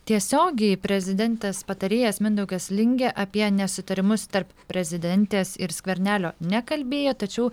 tiesiogiai prezidentės patarėjas mindaugas lingė apie nesutarimus tarp prezidentės ir skvernelio nekalbėjo tačiau